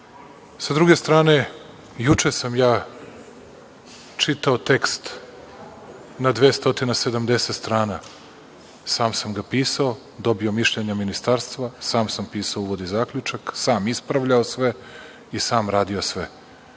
druge strane, juče sam ja čitao tekst na 270 strana. Sam ga pisao, dobio mišljenje ministarstva, sam pisao uvodni zaključak, sam ispravljao sve i sam radio sve